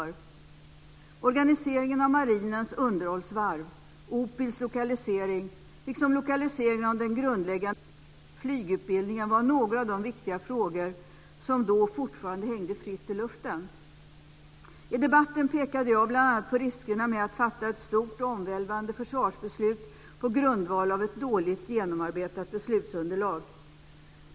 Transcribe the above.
Organiseringen av marinens underhållsvarv, OPIL:s lokalisering, liksom lokaliseringen av den grundläggande flygutbildningen var några av de viktiga frågor som då fortfarande hängde fritt i luften. I debatten pekade jag bl.a. på riskerna med att fatta ett stort och omvälvande försvarsbeslut på grundval av ett dåligt genomarbetat beslutsunderlag.